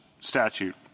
statute